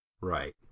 Right